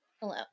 hello